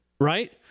right